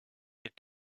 est